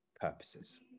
purposes